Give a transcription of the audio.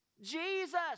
Jesus